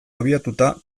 abiatuta